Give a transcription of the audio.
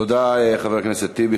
תודה, חבר הכנסת טיבי.